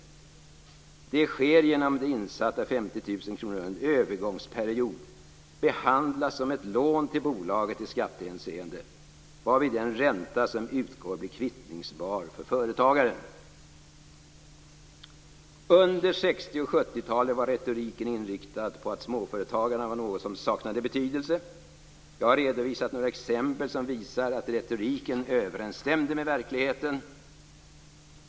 Detta sker genom att de insatta 50 000 kronorna under en övergångsperiod behandlas som ett lån till bolaget i skattehänseende, varvid den ränta som utgår blir kvittningsbar för företagaren. Under 60 och 70-talen var retoriken inriktad på att småföretagen var något som saknade betydelse. Jag har redovisat några exempel som visar att retoriken överensstämde med verkligheten.